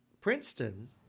Princeton